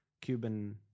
Cuban